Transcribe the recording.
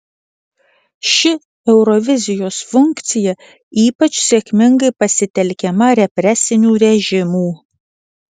ši eurovizijos funkcija ypač sėkmingai pasitelkiama represinių režimų